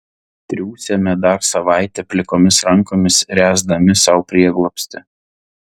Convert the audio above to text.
triūsėme dar savaitę plikomis rankomis ręsdami sau prieglobstį